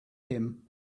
him